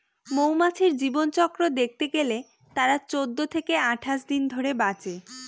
মৌমাছির জীবনচক্র দেখতে গেলে তারা চৌদ্দ থেকে আঠাশ দিন ধরে বাঁচে